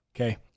Okay